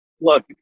look